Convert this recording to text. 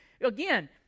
Again